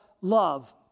love